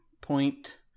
point